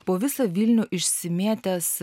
po visą vilnių išsimėtęs